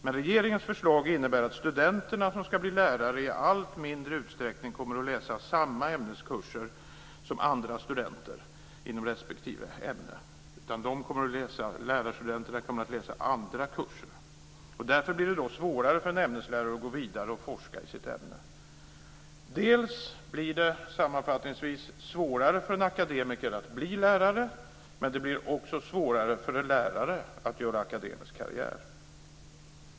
Men regeringens förslag innebär att de studenter som ska bli lärare i allt mindre utsträckning kommer att läsa samma ämneskurser som andra studenter inom respektive ämne. Lärarstudenterna kommer att läsa andra kurser. Därför blir det svårare för en ämneslärare att gå vidare och forska i sitt ämne. Sammanfattningsvis blir det dels svårare för en akademiker att bli lärare, dels svårare för en lärare att göra akademisk karriär.